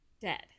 dead